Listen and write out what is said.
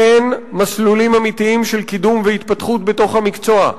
כן מסלולים אמיתיים של קידום והתפתחות בתוך המקצוע,